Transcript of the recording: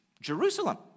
Jerusalem